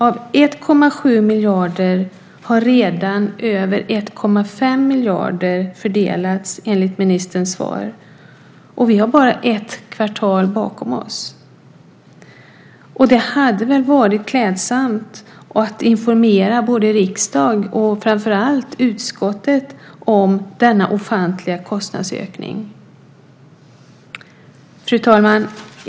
Av 1,7 miljarder har redan över 1,5 miljarder fördelats, enligt ministerns svar. Vi har bara ett kvartal bakom oss. Det hade väl varit klädsamt att informera riksdagen och framför allt utskottet om denna ofantliga kostnadsökning? Fru talman!